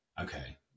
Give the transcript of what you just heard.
okay